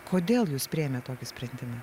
kodėl jus priėmėt tokį sprendimą